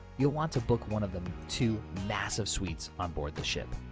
you'll want to book one of the two massive suites on board the ship.